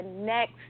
next